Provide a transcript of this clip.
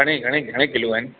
घणे घणे घणे किलो आहिनि